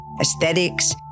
aesthetics